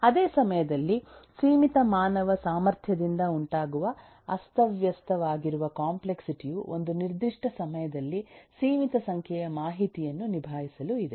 ಅದೇ ಸಮಯದಲ್ಲಿ ಸೀಮಿತ ಮಾನವ ಸಾಮರ್ಥ್ಯದಿಂದ ಉಂಟಾಗುವ ಅಸ್ತವ್ಯಸ್ತವಾಗಿರುವ ಕಾಂಪ್ಲೆಕ್ಸಿಟಿ ಯು ಒಂದು ನಿರ್ದಿಷ್ಟ ಸಮಯದಲ್ಲಿ ಸೀಮಿತ ಸಂಖ್ಯೆಯ ಮಾಹಿತಿಯನ್ನು ನಿಭಾಯಿಸಲು ಇದೆ